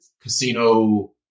Casino